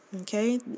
okay